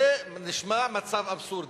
זה נשמע מצב אבסורדי.